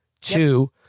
two